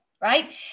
right